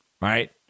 right